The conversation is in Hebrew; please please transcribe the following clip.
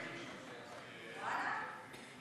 ואללה?